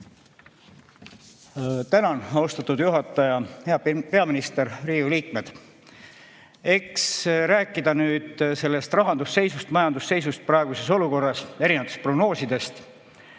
Tänan, austatud juhataja! Hea peaminister! Riigikogu liikmed! Eks rääkides nüüd sellest rahandusseisust, majandusseisust praeguses olukorras, erinevatest prognoosidest,